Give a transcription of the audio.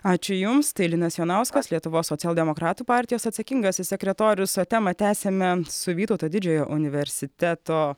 ačiū jums tai linas jonauskas lietuvos socialdemokratų partijos atsakingasis sekretorius temą tęsiame su vytauto didžiojo universiteto